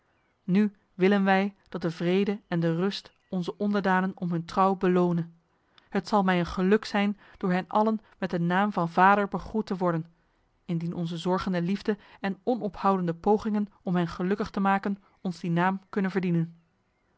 nu willen wij dat de vrede en de rust onze onderdanen om hun trouw belone het zal mij een geluk zijn door hen allen met de naam van vader begroet te worden indien onze zorgende liefde en onophoudende pogingen om hen gelukkig te maken ons die naam kunnen verdienen